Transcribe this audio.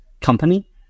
company